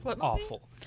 awful